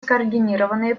скоординированные